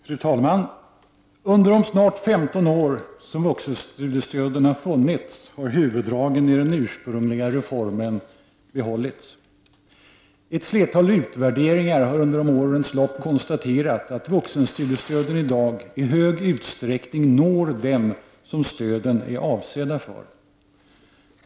Fru talman! Under de snart 15 år som vuxenstudiestöden funnits har huvuddragen i den ursprungliga reformen behållits. Ett flertal utvärderingar har under årens lopp konstaterat att vuxenstudiestöden i dag i hög utsträckning når dem som stöden är avsedda för.